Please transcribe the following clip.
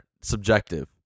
Subjective